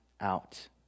out